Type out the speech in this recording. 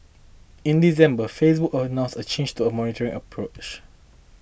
in December Facebook announced a change to a monitoring approach